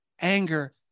anger